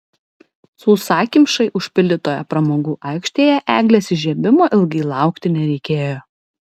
sausakimšai užpildytoje pramogų aikštėje eglės įžiebimo ilgai laukti nereikėjo